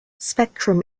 spectrum